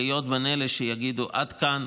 להיות בין אלה שיגידו: עד כאן.